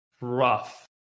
rough